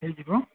ହେଇଯିବ